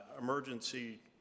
emergency